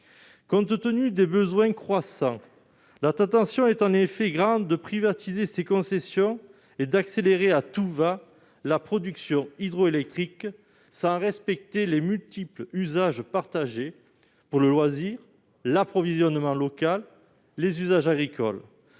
Compte tenu des besoins croissants, la tentation est en effet grande de privatiser ces concessions et d'accélérer à tout va la production hydroélectrique, sans respecter les multiples usages partagés : le loisir, l'approvisionnement local et les usages agricoles.